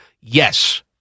yes